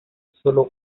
solo